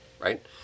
Right